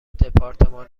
دپارتمان